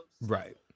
Right